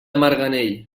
marganell